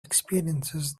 experiences